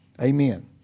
Amen